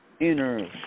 Inner